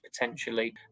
potentially